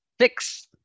Six